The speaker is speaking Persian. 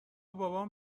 بابام